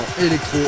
électro